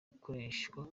rukoreshwa